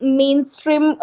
mainstream